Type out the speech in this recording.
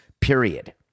period